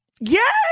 Yes